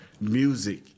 Music